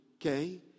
okay